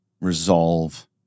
resolve